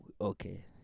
Okay